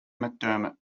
mcdermott